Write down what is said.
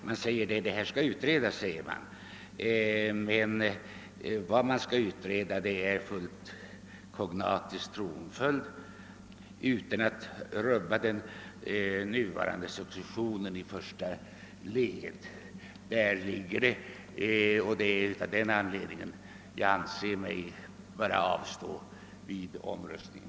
Man säger nämligen att man skall utreda möjligheten att införa »fullt kognatisk tronföljd i vårt land utan att rubba den nuvarande successionen i första led». Det är av den anledningen jag anser mig böra avstå vid omröstningen.